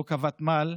חוק הוותמ"ל.